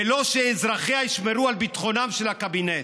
ולא שאזרחיה ישמרו על ביטחונו של הקבינט.